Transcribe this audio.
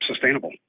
sustainable